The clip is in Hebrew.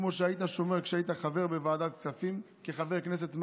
כמו שהיית שומר כשהיית חבר בוועדת הכספים כחבר כנסת מהמניין.